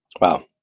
Wow